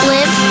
Live